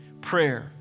Prayer